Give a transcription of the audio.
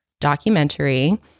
documentary